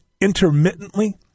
intermittently